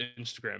Instagram